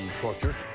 torture